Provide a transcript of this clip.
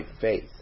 faith